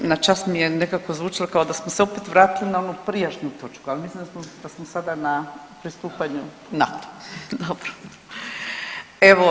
Na čas mi je nekako zvučalo kao da smo se opet vratili na onu prijašnju točku, ali mislim da smo sada na pristupanju NATO-u.